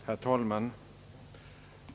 Herr talman!